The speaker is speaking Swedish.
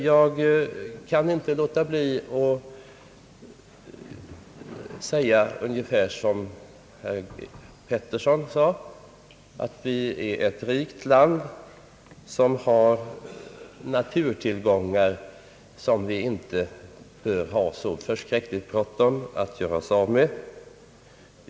Jag kan emellertid inte underlåta att understryka vad herr Eric Gustaf Peterson yttrade, nämligen att vårt land är ett rikt land med naturtillgångar som vi inte bör ha så förskräckligt bråttom att göra oss av med.